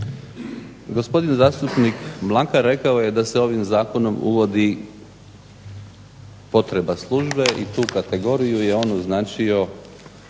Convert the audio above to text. Gospodin zastupnik Mlakar rekao je da se ovim zakonom uvodi potreba službe i tu kategoriju je on označio